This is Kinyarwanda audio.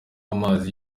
amazi